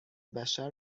بشر